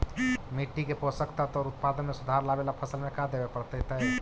मिट्टी के पोषक तत्त्व और उत्पादन में सुधार लावे ला फसल में का देबे पड़तै तै?